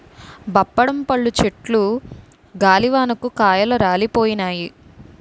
బప్పడం పళ్ళు చెట్టు గాలివానకు కాయలు రాలిపోయినాయి